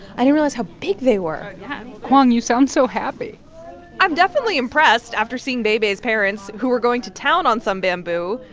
i didn't realize how big they were yeah kwong, you sound so happy i'm definitely impressed after seeing bei bei's parents, who were going to town on some bamboo.